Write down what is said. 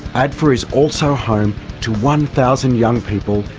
adfa is also home to one thousand young people,